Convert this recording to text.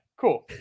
cool